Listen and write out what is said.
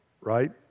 Right